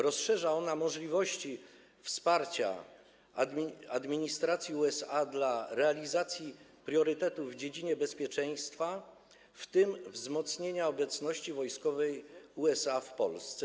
Rozszerza ona możliwości wsparcia administracji USA dla realizacji priorytetów w dziedzinie bezpieczeństwa, w tym wzmocnienia obecności wojskowej USA w Polsce.